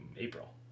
April